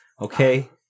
okay